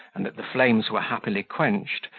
and that the flames were happily quenched,